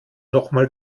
nochmal